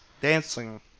dancing